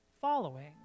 following